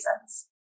reasons